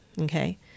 Okay